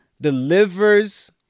delivers